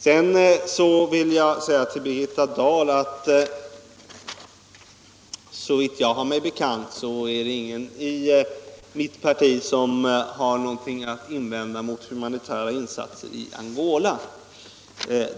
Sedan vill jag säga till Birgitta Dahl att såvitt jag har mig bekant är det ingen i mitt parti som har någonting att invända mot humanitära insatser i Angola.